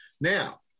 Now